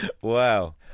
wow